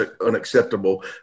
unacceptable